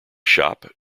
shop